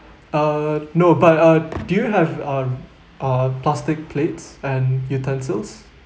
err no but uh do you have uh uh plastic plates and utensils